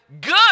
good